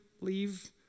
Leave